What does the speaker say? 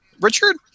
richard